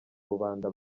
rubanda